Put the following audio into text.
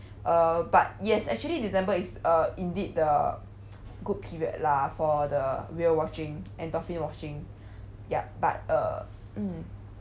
uh but yes actually december is uh indeed the good period lah for the whale watching and dolphin watching yup but uh mm